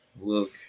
Look